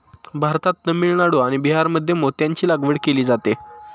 भारतात तामिळनाडू आणि बिहारमध्ये मोत्यांची लागवड केली जाते